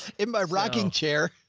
in my rocking chair.